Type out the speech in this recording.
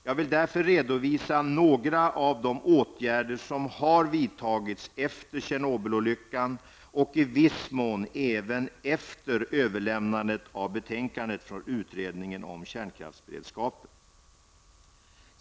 Jag vill därför redovisa några av de åtgärder som har vidtagits efter Tjernobylolyckan och i viss mån även efter överlämnandet av betänkandet från utredningen om kärnkraftsberedskapen.